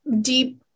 deep